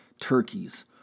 turkeys